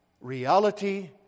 reality